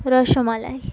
rasmalai